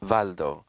Valdo